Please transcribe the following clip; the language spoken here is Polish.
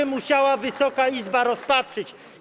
Ooo! ...musiała Wysoka Izba rozpatrzyć.